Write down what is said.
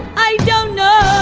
i don't know!